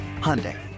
Hyundai